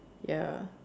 ya